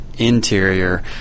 interior